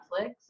Netflix